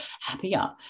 happier